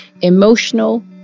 emotional